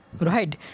Right